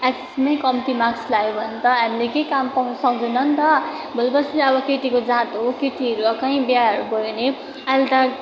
एचएसमै कम्ती मार्क्स ल्यायो भने त हामीले केही काम पाउनु सक्दैन नि त भोलि पर्सि अब केटीको जात हो केटीहरू अब कहीँ बिहाहरू भयो भने अहिले त